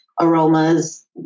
aromas